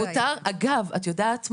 מותר, את יודעת מה?